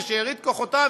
בשארית כוחותיו,